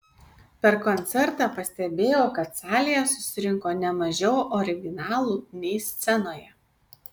per koncertą pastebėjau kad salėje susirinko ne mažiau originalų nei scenoje